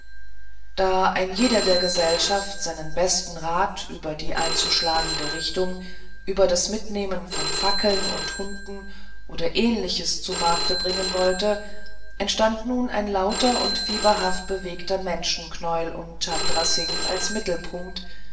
da ein jeder der gesellschaft seinen besten rat über die einzuschlagende richtung über das mitnehmen von fackeln und hunden oder ähnliches zu markte bringen wollte entstand nun ein lauter und fieberhaft bewegter menschenknäuel um chandra singh als mittelpunkt